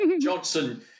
Johnson